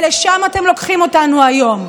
ולשם אתם לוקחים אותנו היום.